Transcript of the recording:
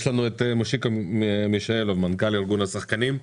יש לנו את מושיקו מישאלוף, מנכ"ל ארגון השחקנים,